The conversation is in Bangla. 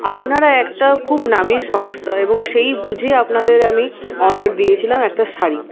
আপনারা একটা খুব নামী সংস্থা এবং সেই বুঝে আপনাদের আমি অর্ডার দিয়েছিলাম একটা শাড়ি